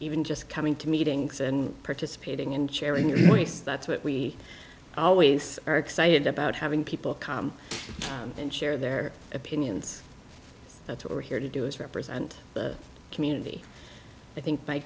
even just coming to meetings and participating and sharing your voice that's what we always are excited about having people come and share their opinions that's what we're here to do is represent the community i think by